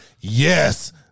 Yes